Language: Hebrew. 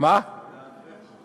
והאברך שמולי.